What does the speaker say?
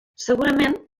segurament